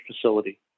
facility